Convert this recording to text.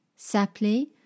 s'appeler